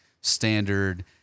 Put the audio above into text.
standard